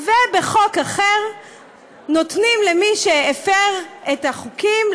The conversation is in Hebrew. ובחוק אחר נותנים למי שהפר את החוקים,